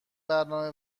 برنامه